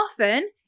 often